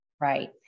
Right